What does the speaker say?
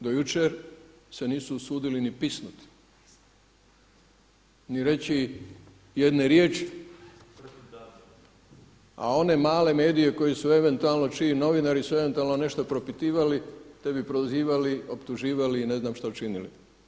Do jučer se nisu usudili ni pisnuti, ni reći jedne riječi a one male medije koji su eventualno, čiji novinari su eventualno nešto propitivali te bi prozivali, optuživali i ne znam što činili.